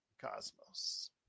cosmos